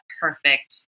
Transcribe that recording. perfect